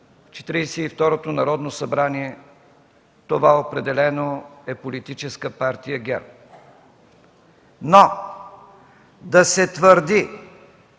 второто Народно събрание това определено е Политическа партия ГЕРБ. Но да се твърди,